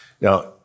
Now